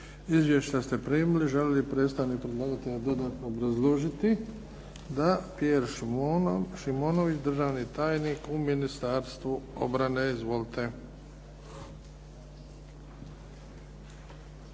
Izvješća ste primili. Želi li predstavnik predlagatelja dodatno obrazložiti? Da. Pjer Šimunović državni tajnik u Ministarstvu obrane. Izvolite.